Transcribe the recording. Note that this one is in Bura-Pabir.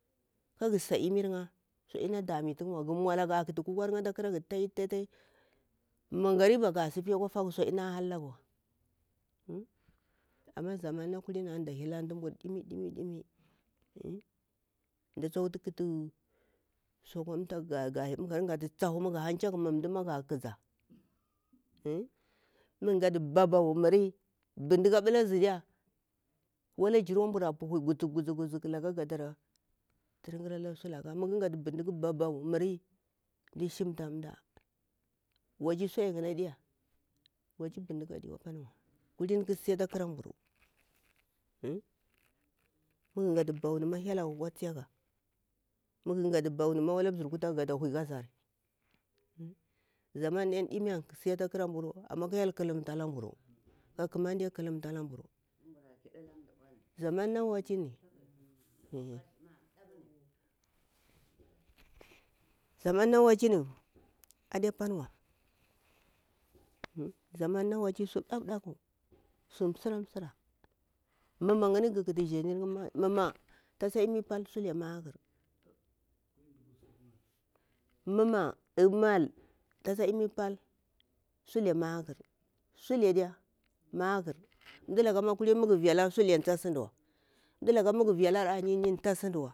Kara sa imir 'ya sadi na demitu 'ya wa gu maula ga ƙatu kokwar'ya tai tai ata ƙaraga mangariba ga sifi akwa faku sauɗi na hallagawa amma zaman na kuhiyi da hilantu mbur ɗim-ɗim mda tsuktu ƙatu su akwa thamku wa mu gu gafu tsahu zaga ƙaza mu gu ghatu baban miri bin diga a ɓula zi diya ma ghar ghata bindiga ba baw gasira turinkhar ala sulaka nda shimda mda waci sham suyaryir ni aɗiya wasi bindiga adiwa kulini ƙa si ata ƙaramburu tunga ghafa baunima hyelaga akwa tsiyaga muga ghati bauni ma mazir kuta ga ga huyi kazani aman da dimi an si ata ƙaramburu amma ka kyel ƙalumtalambu ƙamande ƙalumtalamburu zaman na waii ni ade pani ha zaman ha haci su ƙakƙakku su, siran msira tasa imi pal sule maƙa muma, mal tasa imi pal tasa imi sule maƙar mdalaka mu ga vilari suleni ma ta sinduwa.